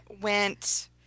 went